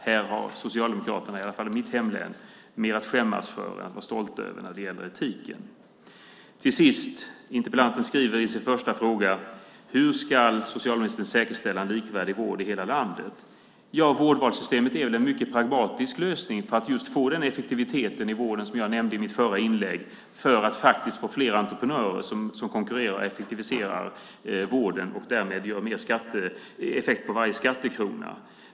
Här har Socialdemokraterna i mitt hemlän mer att skämmas för än att vara stolta över när det gäller etiken. Interpellanten skriver i sin första fråga: Hur ska socialministern säkerställa en likvärdig vård i hela landet? Ja, vårdvalssystemet är väl en mycket pragmatisk lösning för att få den effektivitet i vården som jag nämnde i mitt förra inlägg, för att få fler entreprenörer som konkurrerar och effektiviserar vården och därmed ger mer effekt på varje skattekrona.